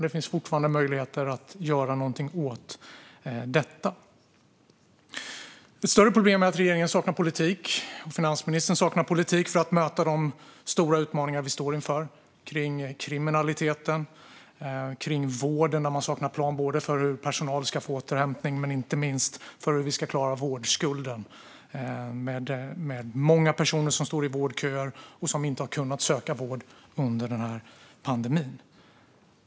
Det finns fortfarande möjligheter att göra någonting åt detta. Ett större problem är att regeringen och finansministern saknar politik för att möta de stora utmaningar vi står inför när det gäller kriminaliteten och när det gäller vården. Man saknar en plan för hur personal ska få återhämtning och inte minst för hur vi ska klara vårdskulden. Det är många personer som står i vårdköer och som inte har kunnat söka vård under pandemin.